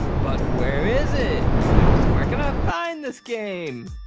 but where is it, you ask. where can i find this game?